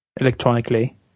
electronically